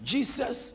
Jesus